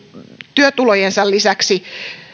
työtulojensa lisäksi